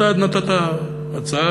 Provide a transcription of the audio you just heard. אתה נתת הצעה,